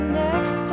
next